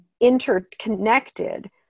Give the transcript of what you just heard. interconnected